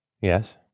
Yes